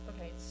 Okay